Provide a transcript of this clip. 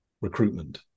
recruitment